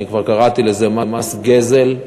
אני כבר קראתי לזה "מס גזל",